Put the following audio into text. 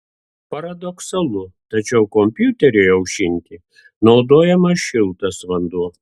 paradoksalu tačiau kompiuteriui aušinti naudojamas šiltas vanduo